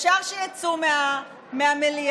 אפשר שיצאו מהמליאה.